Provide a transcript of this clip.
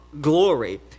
glory